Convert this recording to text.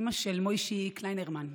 אימא של מוישי קליינרמן.